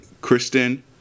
Kristen